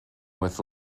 with